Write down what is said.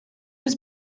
was